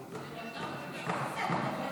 רווחה (זכויות נשים ששהו במקלט לנשים מוכות)